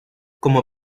como